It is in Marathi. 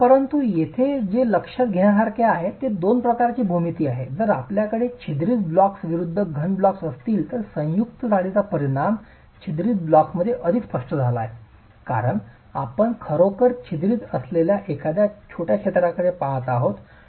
परंतु येथे जे लक्षात घेण्यासारखे आहे ते 2 प्रकारचे भूमिती आहे जर आपल्याकडे छिद्रित ब्लॉक्स विरूद्ध घन ब्लॉक्स असतील तर संयुक्त जाडीचा परिणाम छिद्रित ब्लॉक्समध्ये अधिक स्पष्ट झाला आहे कारण आपण खरोखर छिद्रित असलेल्या एखाद्या छोट्या क्षेत्राकडे पहात आहात